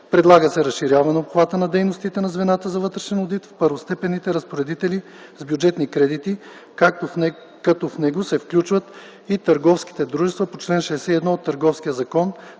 Предлага се разширяване обхвата на дейността на звената за вътрешен одит в първостепенните разпоредители с бюджетни кредити, като в него се включат и търговските дружества по чл. 61 от Търговския закон,